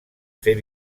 fer